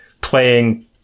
playing